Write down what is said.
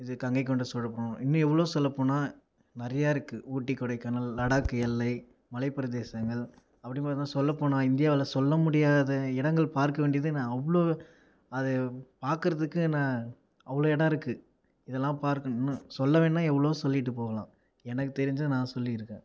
இது கங்கை கொண்ட சோழபுரம் இன்னும் எவ்வளோவோ சொல்லப்போனால் நிறையா இருக்குது ஊட்டி கொடைக்கானல் லடாக் எல்லை மலைப் பிரதேசங்கள் அப்படின்னு பார்த்தீங்கன்னா சொல்லப்போனால் இந்தியாவில் சொல்ல முடியாத இடங்கள் பார்க்க வேண்டியது ந அவ்வளோ அதை பார்க்கறதுக்கு ந அவ்வளோ இடம் இருக்குது இதெல்லாம் பார்க்கணும்னு சொல்ல வேணும்னால் எவ்வளோவோ சொல்லிட்டு போகலாம் எனக்கு தெரிஞ்சதை நான் சொல்லியிருக்கேன்